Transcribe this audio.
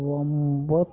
ಒಂಬತ್ತು